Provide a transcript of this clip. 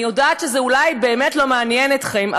אני יודעת שזה אולי באמת לא מעניין אתכם,